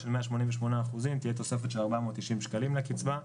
של 188 אחוזים תהיה תוספת של 490 שקלים לקצבה.